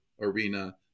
arena